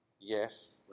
Yes